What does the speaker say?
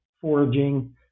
foraging